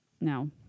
No